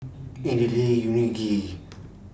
Idili Unagi